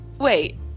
Wait